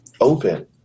open